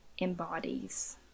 embodies